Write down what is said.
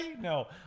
No